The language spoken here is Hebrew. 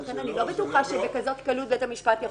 ולכן אני לא בטוחה שבכזאת קלות בית המשפט יפחית.